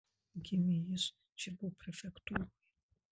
gimė jis čibo prefektūroje